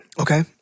Okay